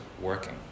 working